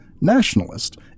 nationalist